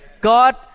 God